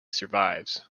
survives